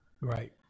Right